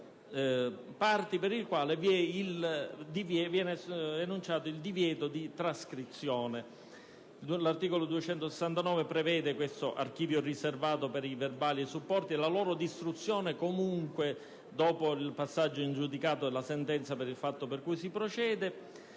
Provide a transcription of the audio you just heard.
tali parti viene enunciato il divieto di trascrizione. L'articolo 269 del codice di procedura penale prevede l'archivio riservato per i verbali e i supporti e la loro distruzione comunque dopo il passaggio in giudicato della sentenza per il fatto per cui si procede.